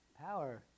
Power